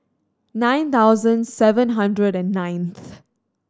nine thousand seven hundred and ninth